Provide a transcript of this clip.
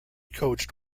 coached